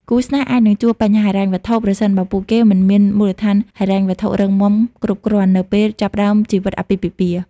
គូស្នេហ៍អាចនឹងជួប បញ្ហាហិរញ្ញវត្ថុ ប្រសិនបើពួកគេមិនមានមូលដ្ឋានហិរញ្ញវត្ថុរឹងមាំគ្រប់គ្រាន់នៅពេលចាប់ផ្តើមជីវិតអាពាហ៍ពិពាហ៍។